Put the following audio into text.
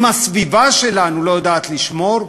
אם הסביבה שלנו לא יודעת לשמור,